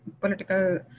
political